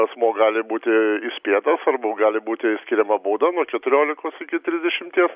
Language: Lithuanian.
asmuo gali būti įspėtas arba gali būti skiriama bauda nuo keturiolikos iki trisdešimties